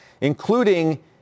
including